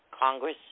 Congress